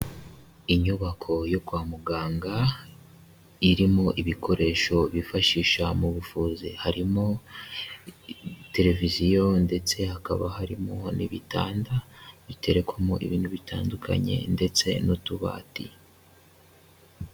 Inyubako yo kwa muganga irimo ibikoresho bifashisha mu buvuzi, harimo televiziyo ndetse hakaba harimo n'ibitanda biterekwamo ibintu bitandukanye ndetse n'utubati.